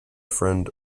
friend